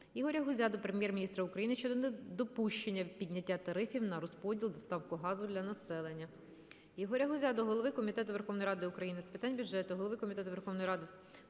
Ігоря Гузя до Прем'єр-міністра України щодо недопущення підняття тарифів на розподіл (доставку) газу для населення. Ігоря Гузя до голови Комітету Верховної Ради України з питань бюджету, голови Комітету Верховної Ради України